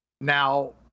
Now